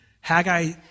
Haggai